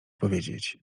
powiedzieć